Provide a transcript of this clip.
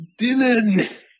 Dylan